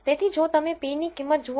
તેથી જો તમે p ની કિંમત જુઓ